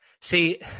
see